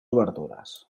obertures